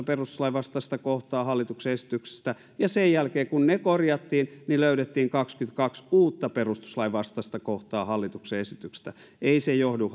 perustuslain vastaista kohtaa hallituksen esityksestä ja sen jälkeen kun ne korjattiin löydettiin kaksikymmentäkaksi uutta perustuslain vastaista kohtaa hallituksen esityksestä ei se johdu